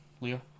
Leo